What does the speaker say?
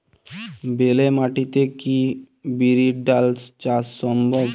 বেলে মাটিতে কি বিরির ডাল চাষ সম্ভব?